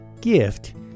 gift